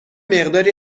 مقداری